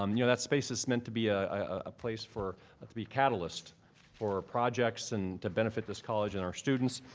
um you know, that space is meant to be a ah place for to be a catalyst for projects and to benefit this college and our students.